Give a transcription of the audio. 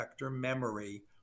memory